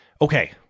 Okay